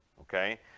okay